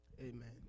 Amen